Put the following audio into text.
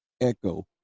echo